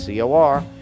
COR